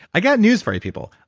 i got news for you, people.